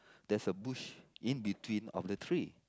there's a bush in between of the tree